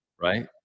right